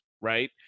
right